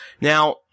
Now